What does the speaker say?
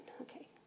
Okay